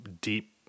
deep